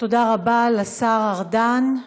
תודה רבה לשר ארדן.